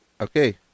Okay